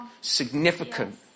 significant